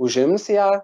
užims ją